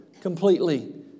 completely